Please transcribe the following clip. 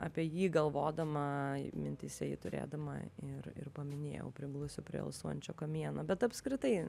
apie jį galvodama mintyse jį turėdama ir ir paminėjau priglusiu prie alsuojančio kamieno bet apskritai